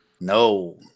No